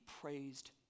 praised